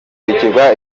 kumurikwa